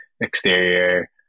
exterior